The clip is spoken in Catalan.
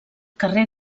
carrer